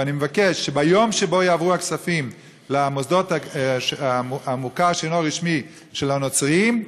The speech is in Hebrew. ואני מבקש שביום שיעברו הכספים למוסדות המוכר שאינו רשמי של הנוצרים,